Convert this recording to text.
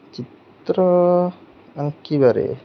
ଚିତ୍ର ଆଙ୍କିବାରେ